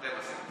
אתם עשיתם.